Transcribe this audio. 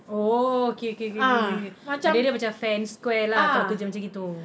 oh okay okay K K K K pada dia macam fair and square lah kalau kerja macam gitu